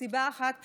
מסיבה אחת פשוטה: